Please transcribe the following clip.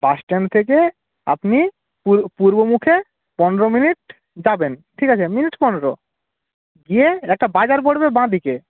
bus stand থেকে আপনি পূর্ব মুখে পনেরো মিনিট যাবেন ঠিক আছে মিনিট পনেরো গিয়ে একটা বাজার পড়বে বাঁ দিকে